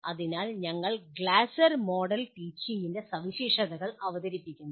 അതിനാൽ ഞങ്ങൾ Glaser model ടീച്ചിംഗിൻ്റെ സവിശേഷതകൾ അവതരിപ്പിക്കുന്നു